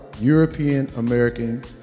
European-American